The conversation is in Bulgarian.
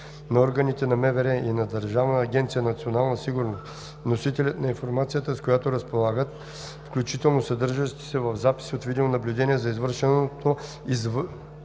на органите на МВР и на Държавна агенция „Национална сигурност” носителят на информацията, с която разполагат, включително съдържаща се в записи от видеонаблюдението, за извършено,